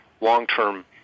long-term